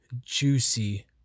juicy